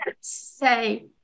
say